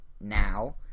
now